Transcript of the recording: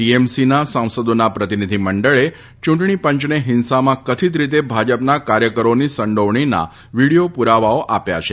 ટીએમસીના સાંસદોના પ્રતિનિધિમંડળે ચૂંટણી પંચને હિંસામાં કથિત રીતે ભાજપના કાર્યકરોની સંડોવણીના વીડિયો પુરાવાઓ આપ્યા હતા